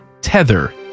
tether